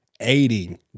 Aiding